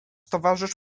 towarzysz